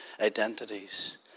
identities